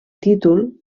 títol